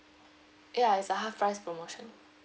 ya is a half price promotion